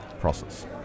process